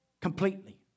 Completely